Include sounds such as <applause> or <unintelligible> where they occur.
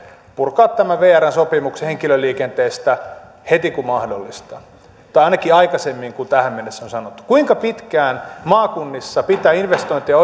purkaa tämän vrn sopimuksen henkilöliikenteestä heti kun mahdollista tai ainakin aikaisemmin kuin tähän mennessä on sanottu kuinka pitkään maakunnissa pitää investointeja <unintelligible>